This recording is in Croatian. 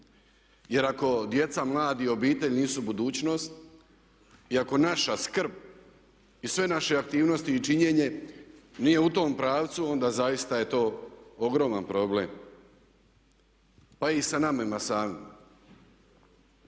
Jer ako djeca, mladi i obitelj nisu budućnost i ako naša skrb i sve naše aktivnosti i činjenje nije u tom pravcu onda zaista je to ogroman problem. Pa i sa nama samima.